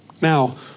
Now